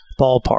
ballpark